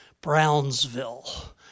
Brownsville